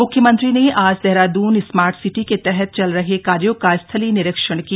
मुख्यमंत्री ने आज देहरादून स्मार्ट सिटी के तहत चल रहे कार्यो का स्थलीय निरीक्षण किया